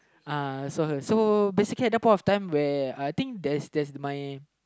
uh I saw her so basically at that point of time where I think there's there's my